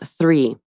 three